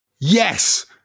Yes